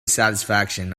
satisfaction